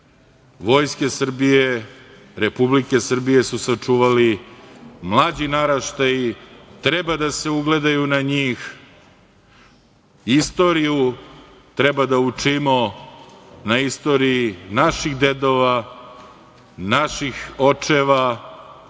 vojske Srbije, Republike Srbije su sačuvali. Mlađi naraštaji treba da se ugledaju na njih. Istoriju treba da učimo na istoriji naših dedova, naših očeva,